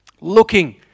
looking